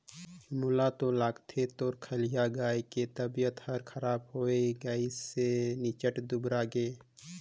मोला तो लगथे तोर लखिया गाय के तबियत हर खराब होये गइसे निच्च्ट दुबरागे हे